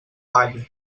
balla